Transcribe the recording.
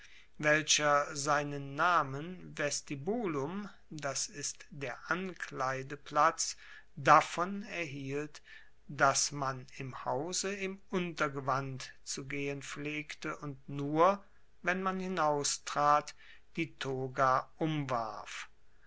welcher seinen namen vestibulum das ist der ankleideplatz davon erhielt dass man im hause im untergewand zu gehen pflegte und nur wenn man hinaustrat die toga umwarf